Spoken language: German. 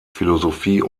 philosophie